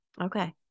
Okay